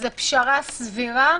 זו פשרה סבירה.